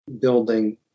building